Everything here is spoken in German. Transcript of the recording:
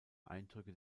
eindrücke